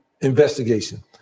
investigation